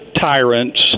tyrants